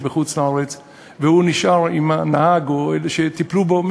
בחוץ-לארץ והוא נשאר עם הנהג או אלה שטיפלו בו,